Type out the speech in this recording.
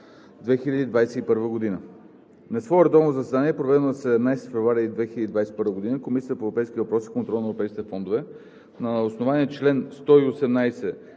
(2021 г.) На свое редовно заседание, проведено на 17 февруари 2021 г., Комисията по европейските въпроси и контрол на европейските фондове, на основание чл. 118,